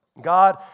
God